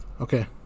Okay